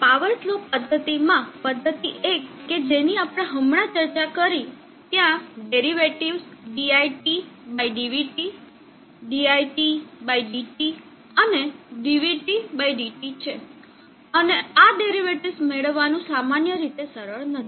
power slope પદ્ધતિમાં પદ્ધતિ 1 કે જેની આપણે હમણાં જ ચર્ચા કરી ત્યાં ડેરિવેટિવ્ઝ diTdvT diTdt dvTdt છે અને ડેરિવેટિવ્ઝ મેળવવાનું સામાન્ય રીતે સરળ નથી